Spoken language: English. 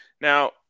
Now